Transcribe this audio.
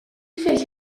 فکر